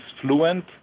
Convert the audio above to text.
fluent